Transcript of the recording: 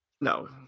No